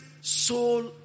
soul